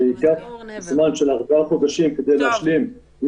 זה ייקח זמן של ארבעה חודשים כדי להשלים עם